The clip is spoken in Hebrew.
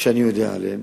שאני יודע עליהם